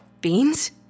beans